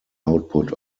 output